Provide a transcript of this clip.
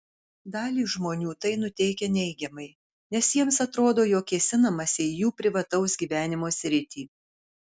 dalį žmonių tai nuteikia neigiamai nes jiems atrodo jog kėsinamasi į jų privataus gyvenimo sritį